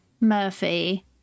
Murphy